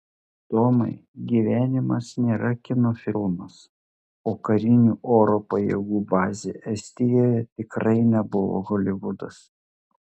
tomai gyvenimas nėra kino filmas o karinių oro pajėgų bazė estijoje tikrai nebuvo holivudas